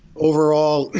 overall,